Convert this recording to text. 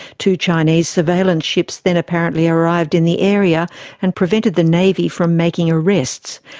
two chinese surveillance ships then apparently arrived in the area and prevented the navy from making arrests.